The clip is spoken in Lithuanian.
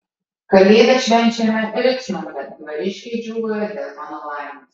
kalėdas švenčiame ričmonde dvariškiai džiūgauja dėl mano laimės